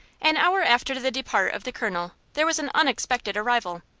an hour after the depart of the colonel there was an unexpected arrival.